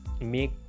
make